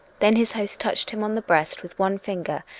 then his host touched him on the breast with one finger,